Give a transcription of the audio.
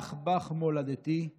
"אך בך מולדתי /